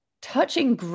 touching